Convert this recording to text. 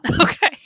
Okay